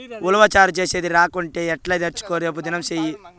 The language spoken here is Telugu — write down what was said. ఉలవచారు చేసేది రాకంటే ఎట్టా నేర్చుకో రేపుదినం సెయ్యి